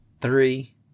three